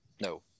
No